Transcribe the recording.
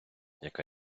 яка